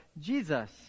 Jesus